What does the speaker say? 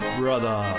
brother